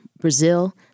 Brazil